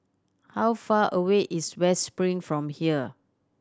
how far away is West Spring from here